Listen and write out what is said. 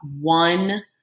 one